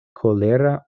kolera